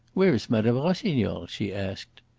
where is mme. rossignol? she asked.